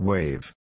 Wave